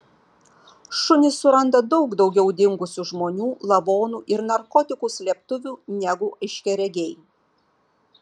šunys suranda daug daugiau dingusių žmonių lavonų ir narkotikų slėptuvių negu aiškiaregiai